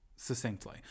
succinctly